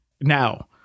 Now